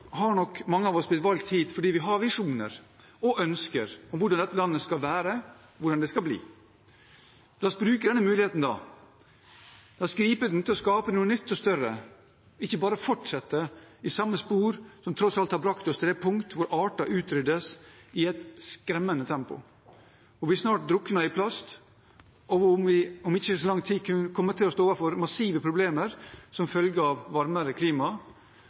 har nok – mange av oss – blitt valgt hit fordi vi har visjoner og ønsker om hvordan dette landet skal være, hvordan det skal bli. La oss da bruke denne muligheten, la oss gripe den til å skape noe nytt og større, ikke bare fortsette i samme spor, som tross alt har brakt oss til det punkt hvor arter utryddes i et skremmende tempo, hvor vi snart drukner i plast og ikke om lang tid kan komme til å stå overfor massive problemer som følge av varmere klima